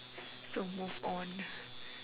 so move on